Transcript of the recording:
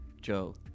Joe